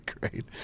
Great